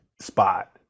spot